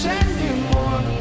anymore